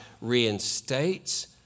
reinstates